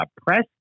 press